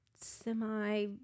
semi